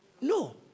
No